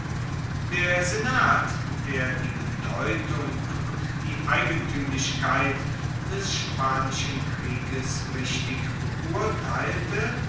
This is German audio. der senat der die bedeutung und die eigentuemlichkeit des spanischen krieges richtig beurteilte